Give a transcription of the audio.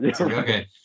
Okay